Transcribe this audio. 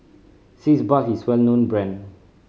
Sitz Bath is well known brand